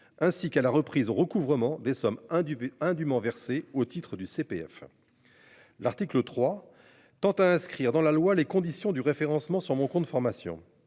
ainsi qu'à la reprise au recouvrement des sommes indûment indument versées au titre du CPF. L'article 3. À inscrire dans la loi, les conditions du référencement sur mon compte formation,